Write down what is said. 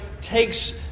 takes